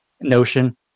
Notion